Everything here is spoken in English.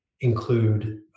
include